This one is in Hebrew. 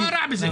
מה רע בזה?